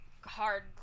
Hard